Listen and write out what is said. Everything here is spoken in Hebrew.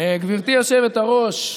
גברתי יושבת-הראש,